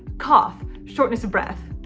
cough, shortness of breath.